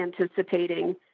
anticipating